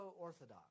orthodox